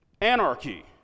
anarchy